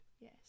yes